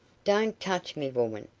don't touch me, woman,